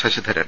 Sasidharan